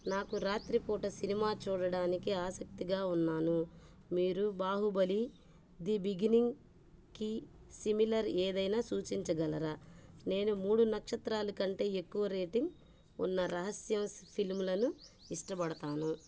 నాకు రాత్రి పూట సినిమా చూడడానికి ఆసక్తిగా ఉన్నాను మీరు బాహుబలి ది బిగినింగ్కి సిమిలర్ ఏదైనా సూచించగలరా నేను మూడు నక్షత్రాలు కంటే ఎక్కువ రేటింగ్ ఉన్న రహస్య ఫిల్మ్లను ఇష్టపడతాను